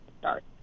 start